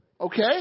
Okay